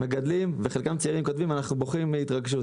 מגדלים בחלקם צעירים כותבים: אנחנו בוכים מהתרגשות,